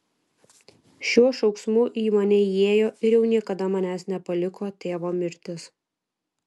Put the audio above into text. šiuo šauksmu į mane įėjo ir jau niekada manęs nepaliko tėvo mirtis